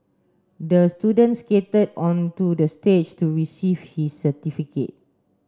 the student skated onto the stage to receive his certificate